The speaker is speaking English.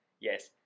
Yes